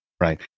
right